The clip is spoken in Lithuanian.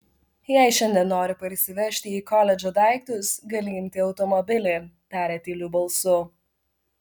jei šiandien nori parsivežti į koledžą daiktus gali imti automobilį tarė tyliu balsu